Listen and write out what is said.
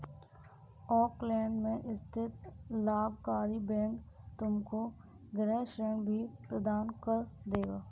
Auckland में स्थित लाभकारी बैंक तुमको गृह ऋण भी प्रदान कर देगा